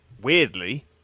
weirdly